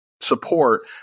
support